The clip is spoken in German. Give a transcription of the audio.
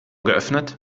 geöffnet